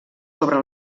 sobre